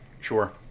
Sure